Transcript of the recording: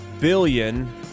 billion